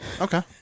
Okay